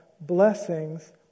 blessings